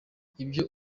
ibyo